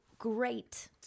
great